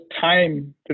time